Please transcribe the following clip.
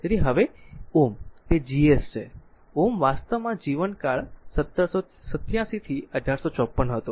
તેથી હવે Ω તે GS છે Ω વાસ્તવમાં જીવનકાળ 1787 થી 1854 હતો